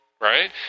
right